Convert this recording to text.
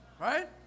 Right